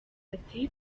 ati